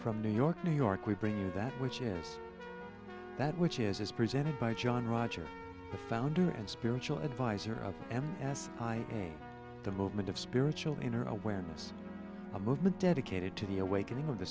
from new york new york we bring you that which is that which is as presented by john rogers the founder and spiritual advisor of m s i and the movement of spiritual inner awareness a movement dedicated to the awakening of the